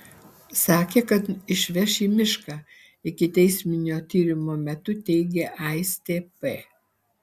sakė kad išveš į mišką ikiteisminio tyrimo metu teigė aistė p